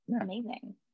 Amazing